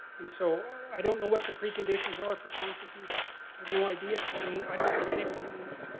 and so i don't know what the pre-conditions are for consciousness. i have no idea. and i don't think anybody knows.